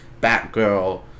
Batgirl